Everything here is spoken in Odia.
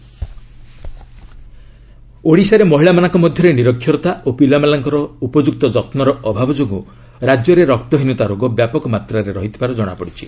ଓଡ଼ିଶା ପୋଷଣ ଓଡ଼ିଶାରେ ମହିଳାମାନଙ୍କ ମଧ୍ୟରେ ନିରକ୍ଷରତା ଓ ପିଲାମାନଙ୍କର ଉପଯୁକ୍ତ ଯତ୍ନର ଅଭାବ ଯୋଗୁଁ ରାଜ୍ୟରେ ରକ୍ତହୀନତା ରୋଗ ବ୍ୟାପକ ମାତ୍ରାରେ ରହିଥିବାର କଣାପଡ଼ିଛି